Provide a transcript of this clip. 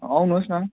आउनुहोस् न